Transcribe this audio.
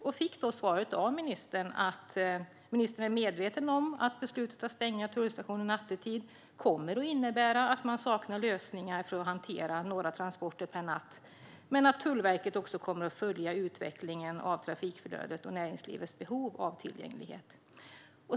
Jag fick då svaret att ministern är medveten om att beslutet att stänga tullstationen nattetid kommer att innebära att det saknas lösningar för att hantera några transporter per natt, men att Tullverket också kommer att följa utvecklingen av trafikflödet och näringslivets behov av tillgänglighet.